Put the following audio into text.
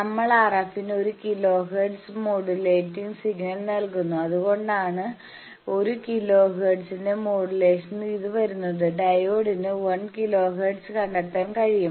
നമ്മൾ RF ന് ഒരു കിലോ ഹെർട്സ് മോഡുലേറ്റിംഗ് സിഗ്നൽ നൽകുന്നു അതുകൊണ്ടാണ് ഒരു കിലോ ഹെർട്സിന്റെ മോഡുലേഷനിൽ ഇത് വരുന്നത് ഡയോഡിന് 1 കിലോ ഹെർട്സ് കണ്ടെത്താൻ കഴിയും